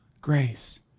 Grace